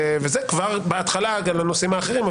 כבר בהתחלה גם לנושאים האחרים,